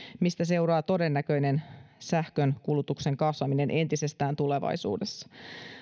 mistä seuraa todennäköinen sähkönkulutuksen kasvaminen entisestään tulevaisuudessa